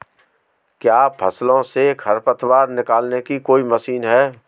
क्या फसलों से खरपतवार निकालने की कोई मशीन है?